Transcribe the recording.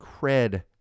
cred